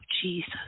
Jesus